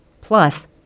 Plus